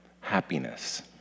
happiness